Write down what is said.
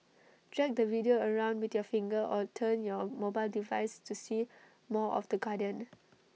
drag the video around with your finger or turn your mobile device to see more of the garden